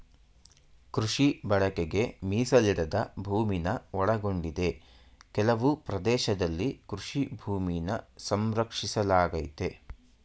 ಕೃಷಿ ಬಳಕೆಗೆ ಮೀಸಲಿಡದ ಭೂಮಿನ ಒಳಗೊಂಡಿದೆ ಕೆಲವು ಪ್ರದೇಶದಲ್ಲಿ ಕೃಷಿ ಭೂಮಿನ ಸಂರಕ್ಷಿಸಲಾಗಯ್ತೆ